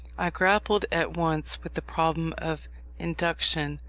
i grappled at once with the problem of induction,